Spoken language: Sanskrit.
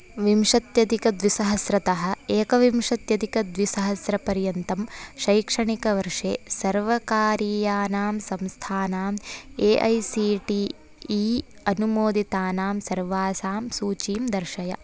विंशत्यधिकद्विसहस्रतः एकविंशत्यधिकद्विसहस्रपर्यन्तं शैक्षणिकवर्षे सर्वकारीयानां संस्थानां A I C T E अनुमोदितानां सर्वासां सूचीं दर्शय